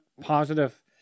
positive